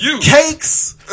cakes